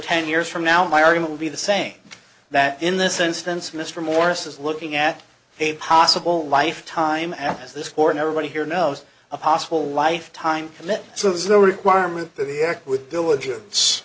ten years from now my argument would be the same that in this instance mr morris is looking at a possible life time as this court everybody here knows a possible lifetime so there's no requirement that he act with diligence